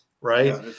right